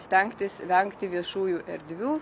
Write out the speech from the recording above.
stengtis vengti viešųjų erdvių